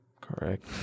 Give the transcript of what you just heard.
Correct